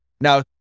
Now